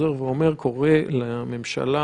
קורא לממשלה